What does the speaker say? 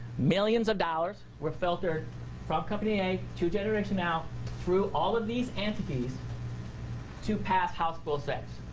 millions of dollars were filtered from company a to generation now through all of these entities to pass house bill six.